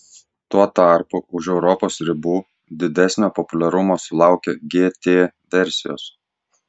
tuo tarpu už europos ribų didesnio populiarumo sulaukia gt versijos